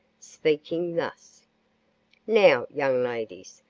speaking thus now, young ladies,